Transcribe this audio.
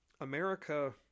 America